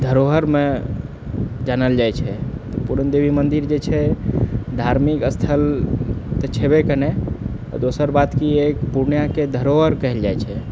धरोहरमे जानल जाइ छै पूरण देवी मन्दिर जे छै धार्मिक स्थल तऽ छेबे करै दोसर बात की अइ पूर्णियाके धरोहर कहल जाइ छै